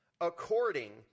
according